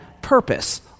purpose